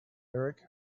erik